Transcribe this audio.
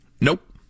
Nope